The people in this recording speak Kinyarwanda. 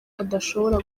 adashobora